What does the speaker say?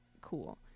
cool